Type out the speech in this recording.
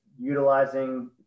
utilizing